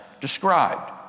described